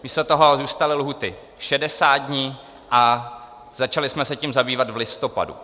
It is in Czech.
Místo toho zůstaly lhůty 60 dní a začali jsme se tím zabývat v listopadu.